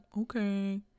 Okay